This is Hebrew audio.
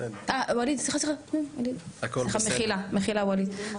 ואליד סליחה סליחה, מחילה ואליד.